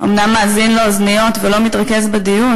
אומנם מאזין לאוזניות ולא מתרכז בדיון.